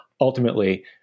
ultimately